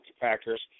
Packers